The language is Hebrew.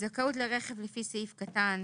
זכאות לרכב לפי סעיף קטן